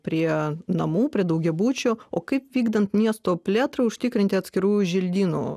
prie namų prie daugiabučių o kaip vykdant miesto plėtrą užtikrinti atskirų želdynų